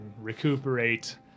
recuperate